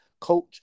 coach